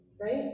right